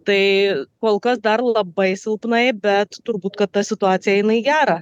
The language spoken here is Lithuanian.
tai kol kas dar labai silpnai bet turbūt kad ta situacija eina į gerą